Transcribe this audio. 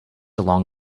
along